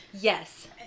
yes